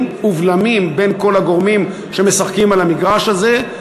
ובלמים בין כל הגורמים שמשחקים על המגרש הזה.